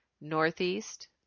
Northeast